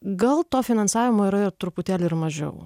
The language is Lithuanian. gal to finansavimo yra ir truputėlį ir mažiau